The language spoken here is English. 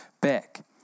back